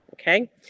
Okay